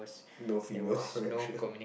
no female connections